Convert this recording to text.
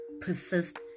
persist